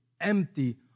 empty